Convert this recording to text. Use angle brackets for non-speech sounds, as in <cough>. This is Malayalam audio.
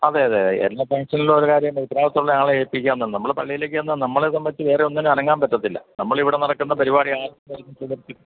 അതെ അതേ എല്ലാ ഫങ്ക്ഷനിലും ഓരോ കാര്യമുണ്ട് ഉത്തരവാദിത്തമുള്ള ആളെ ഏൽപ്പിക്കു എന്നുള്ള നമ്മള് പള്ളിയിലേക്കു ചെന്നാല് നമ്മളെ സംബന്ധിച്ച് വേറെ ഒന്നിനും അനങ്ങാൻ പറ്റത്തില്ല നമ്മളിവിടെ നടക്കുന്ന പരിപാടി <unintelligible>